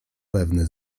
pewny